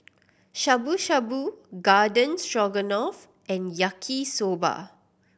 Shabu Shabu Garden Stroganoff and Yaki Soba